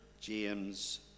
James